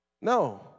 No